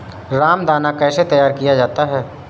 रामदाना कैसे तैयार किया जाता है?